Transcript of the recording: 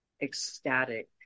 ecstatic